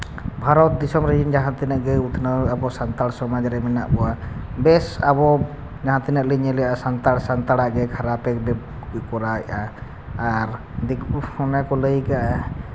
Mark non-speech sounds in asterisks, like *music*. ᱵᱷᱟᱨᱚᱛ ᱫᱤᱥᱚᱢ ᱨᱮ ᱡᱟᱦᱟᱸ ᱛᱤᱱᱟᱹᱜ ᱜᱮ ᱩᱛᱱᱟᱹᱣ ᱱᱟᱠᱚ ᱥᱟᱱᱛᱟᱲ ᱥᱚᱢᱟᱡᱽ ᱨᱮ ᱢᱮᱱᱟᱜ ᱠᱚᱣᱟ ᱵᱮᱥ ᱟᱵᱚ ᱡᱟᱦᱟᱸ ᱛᱤᱱᱟᱹᱜ ᱜᱮ *unintelligible* ᱥᱟᱱᱛᱟᱲ ᱥᱟᱱᱛᱟᱲᱟᱜ ᱜᱮ ᱠᱷᱟᱨᱟᱯᱮ *unintelligible* ᱠᱚᱨᱟᱣᱮᱜᱼᱟ ᱟᱨ ᱫᱤᱠᱩ ᱠᱷᱟᱱ ᱜᱮᱠᱚ ᱞᱟᱹᱭ ᱠᱟᱜᱼᱟ